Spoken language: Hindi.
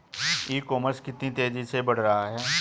ई कॉमर्स कितनी तेजी से बढ़ रहा है?